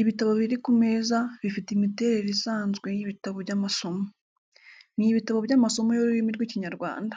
Ibitabo biri ku meza, bifite imiterere isanzwe y’ibitabo by’amasomo. Ni ibitabo by'amasomo y’ururimi rw'Ikinyarwanda.